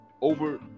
over